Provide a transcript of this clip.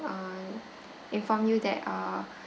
uh inform you that uh